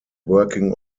working